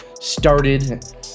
started